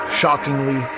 shockingly